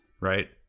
right